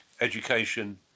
education